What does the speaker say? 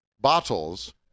bottles